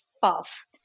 false